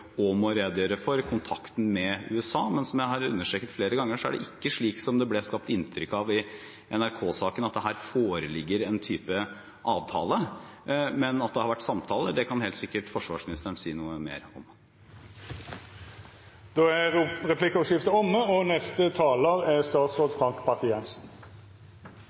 understreket flere ganger, er det ikke slik som det ble skapt et inntrykk av i NRK-saken, at det her foreligger en type avtale, men at det har vært samtaler – det kan helt sikkert forsvarsministeren si noe mer om. Replikkordskiftet er omme. Arktis er fremdeles et krevende område for moderne infrastruktur og